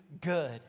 good